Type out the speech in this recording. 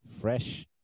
fresh